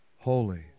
Holy